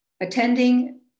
attending